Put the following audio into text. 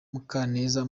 mukaneza